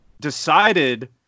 decided